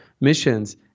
missions